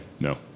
No